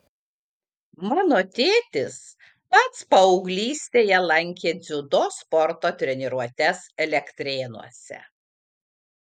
mano tėtis pats paauglystėje lankė dziudo sporto treniruotes elektrėnuose